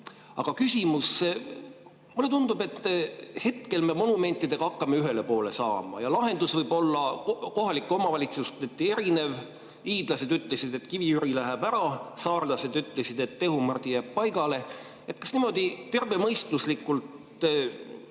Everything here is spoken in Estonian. Aga küsimus. Mulle tundub, et hetkel me monumentidega hakkame ühele poole saama ja lahendus võib olla kohalike omavalitsuseti erinev. Hiidlased ütlesid, et Kivi-Jüri läheb ära, saarlased ütlesid, et Tehumardi jääb paigale. Kas niimoodi tervemõistuslikult